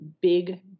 big